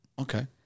Okay